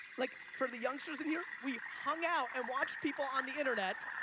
like for the youngsters in here, we hung out and watched people on the internet.